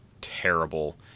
terrible